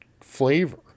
flavor